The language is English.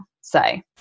say